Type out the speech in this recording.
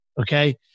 Okay